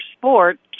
Sport